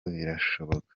birashoboka